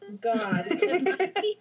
God